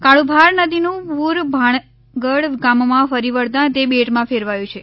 કાળુભાર નદીનું પૂર ભાણગઢ ગામમાં ફરી વળતાં તે બેટમાં ફેરવાયું છે